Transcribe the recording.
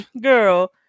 girl